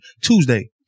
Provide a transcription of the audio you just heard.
Tuesday